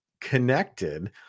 connected